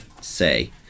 say